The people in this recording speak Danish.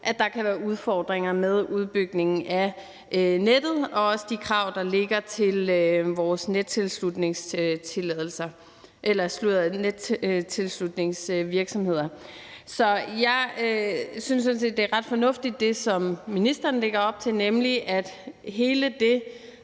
at der kan være udfordringer med udbygningen af nettet og med de krav, der er til vores nettilslutningsvirksomheder. Jeg synes sådan set, at det, som ministeren lægger op til, er ret